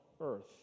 earth